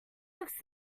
looks